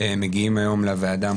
מגיעים היום לוועדה.